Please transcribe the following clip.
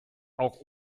auch